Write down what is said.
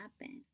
happen